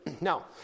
Now